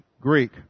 Greek